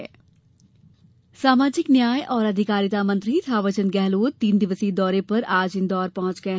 गहलोत सामाजिक न्याय और अधिकारिता मंत्री थावरचंद गेहलोत आज तीन दिवसीय दौरे पर इन्दौर पहुंचे